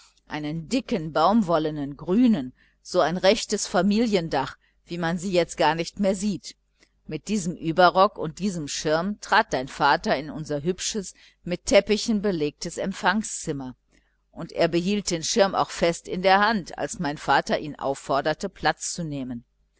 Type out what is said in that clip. einen dicken baumwollenen grünen so ein rechtes familiendach wie man sie jetzt gar nicht mehr sieht mit diesem überrock und diesem schirm trat dein vater in unser hübsches mit teppichen belegtes empfangszimmer und er behielt den schirm auch fest in der hand als mein vater ihn aufforderte platz zu nehmen